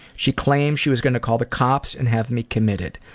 she claims she was going to call the cops and have me committed.